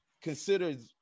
Considered